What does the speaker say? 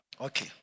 Okay